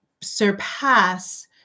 surpass